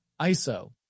ISO